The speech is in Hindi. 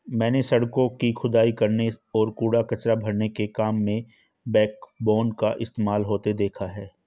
मैंने सड़कों की खुदाई करने और कूड़ा कचरा भरने के काम में बैकबोन का इस्तेमाल होते देखा है